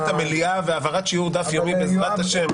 המליאה והעברת שיעור דף ימים בעזרת השם.